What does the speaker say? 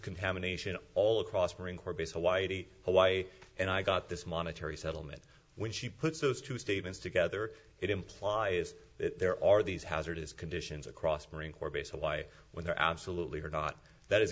contamination all across marine corps base hawaii hawaii and i got this monetary settlement when she puts those two statements together it implies that there are these hazardous conditions across marine corps base so why when they're absolutely or not that i